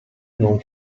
non